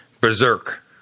Berserk